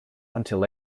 until